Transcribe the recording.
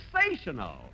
sensational